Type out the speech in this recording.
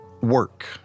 work